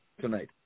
tonight